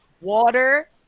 Water